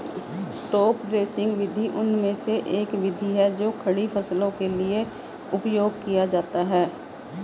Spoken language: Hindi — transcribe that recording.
टॉप ड्रेसिंग विधि उनमें से एक विधि है जो खड़ी फसलों के लिए उपयोग किया जाता है